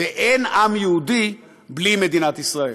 ואין עם יהודי בלי מדינת ישראל.